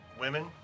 women